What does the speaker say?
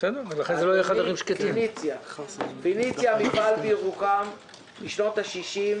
פניציה הוא מפעל בירוחם משנות ה-60,